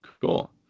Cool